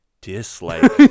dislike